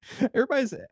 everybody's